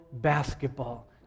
basketball